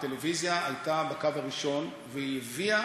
הטלוויזיה הייתה בקו הראשון והיא הביאה